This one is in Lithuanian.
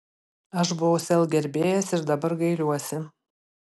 aš buvau sel gerbėjas ir dabar gailiuosi